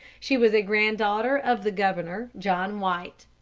she was a grand-daughter of the governor, john white.